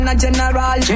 general